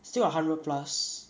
still got hundred plus